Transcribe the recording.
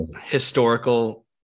historical